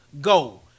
go